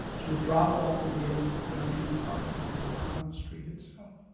so the dropoff will be able to be done in the parking lot and not on the street itself.